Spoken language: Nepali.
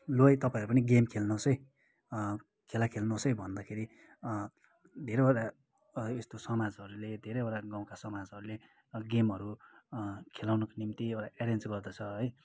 लु है तपाईँहरू पनि गेम खेल्नुहोस् है खेला खेल्नुहोस् है भन्दाखेरि धेरैवटा यस्तो समाजहरूले धेरैवटा गाउँका समाजहरूले गेमहरू खेलाउनुको निम्ति एउटा एरेन्ज गर्दछ है